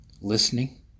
listening